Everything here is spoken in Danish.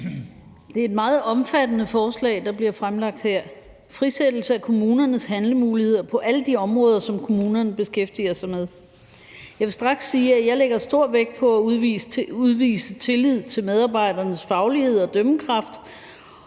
Det er et meget omfattende forslag, der er blevet fremsat her: frisættelse af kommunernes handlemuligheder på alle de områder, som kommunerne beskæftiger sig med. Jeg vil straks sige, at jeg lægger stor vægt på at udvise tillid til medarbejdernes faglighed og dømmekraft